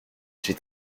j’ai